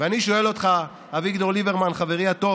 ואני שואל אותך, אביגדור ליברמן, חברי הטוב: